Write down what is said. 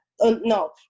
no